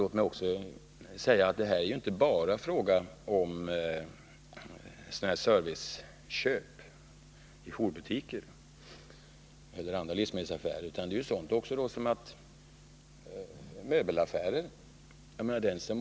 Låt mig också säga att det inte bara är fråga om serviceköp i jourbutiker eller andra livsmedelsaffärer utan att det också gäller möbelaffärerna.